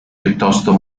piuttosto